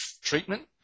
treatment